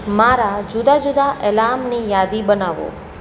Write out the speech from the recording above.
મારા જુદા જુદા એલાર્મની યાદી બનાવો